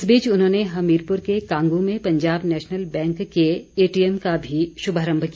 इस बीच उन्होंने हमीरपुर के कांगू में पंजाब नैशन बैंक के एटीएम का भी शुभारम्भ किया